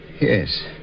Yes